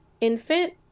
infant